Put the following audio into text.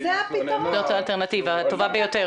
זו האלטרנטיבה הטובה ביותר.